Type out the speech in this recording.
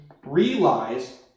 realize